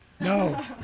No